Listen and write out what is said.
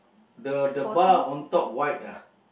the the bar on top white ah